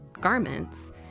garments